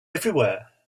everywhere